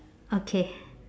okay